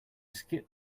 skip